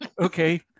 okay